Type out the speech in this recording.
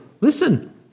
listen